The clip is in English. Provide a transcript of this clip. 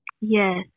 Yes